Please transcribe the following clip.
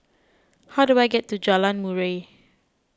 how do I get to Jalan Murai